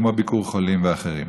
כמו ביקור חולים ואחרים.